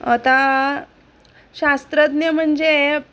आता शास्त्रज्ञ म्हणजे